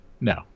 No